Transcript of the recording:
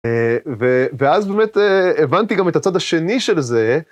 ואז באמת הבנתי גם את הצד השני של זה.